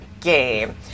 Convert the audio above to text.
game